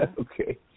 Okay